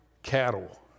cattle